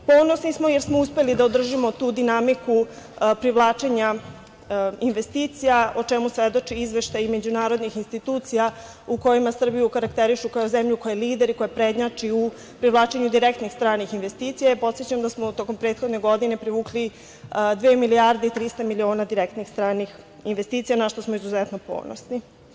Ponosni smo jer smo uspeli da održimo tu dinamiku privlačenja investicija, o čemu svedoče izveštaji međunarodnih institucija u kojima Srbiju karakterišu kao zemlju koja je lider i koja prednjači u privlačenju direktnih stranih investicija i podsećam da smo tokom prethodne godine privukli dve milijarde i 300 miliona direktnih stranih investicija, na šta smo izuzetno ponosni.